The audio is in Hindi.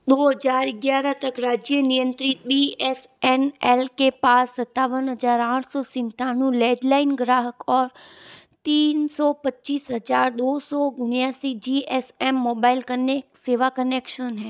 दो हज़ार ग्यारह तक राज्य नियंत्रित बी एस एन एल के पास सत्तावन हज़ार आठ सौ संतानवें लैंडलाइन ग्राहक और तीन सौ पच्चीस हज़ार दो सौ उन्यासी जी एस एम मोबाइल कने सेवा कनेक्शन हैं